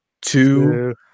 two